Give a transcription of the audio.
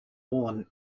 born